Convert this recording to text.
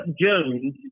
Jones